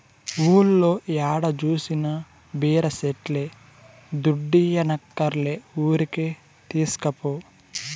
ఊర్లో ఏడ జూసినా బీర సెట్లే దుడ్డియ్యక్కర్లే ఊరికే తీస్కపో